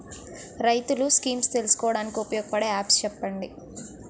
రైతులు స్కీమ్స్ తెలుసుకోవడానికి ఉపయోగపడే యాప్స్ చెప్పండి?